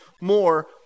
more